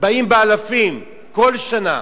באים באלפים כל שנה.